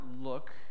look